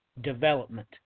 development